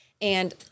And-